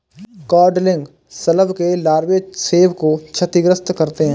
codling शलभ के लार्वे सेब को क्षतिग्रस्त करते है